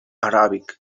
arabic